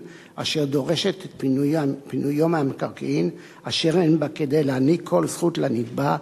אשר דורשת את פינויו מהמקרקעין אשר אין בה כדי להעניק כל זכות לנתבע,